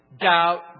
Doubt